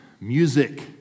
music